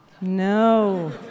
No